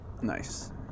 Nice